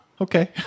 okay